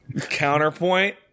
Counterpoint